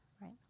Right